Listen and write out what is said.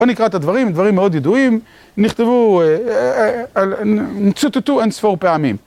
פה נקרא את הדברים, דברים מאוד ידועים, נכתבו אין ספור פעמים.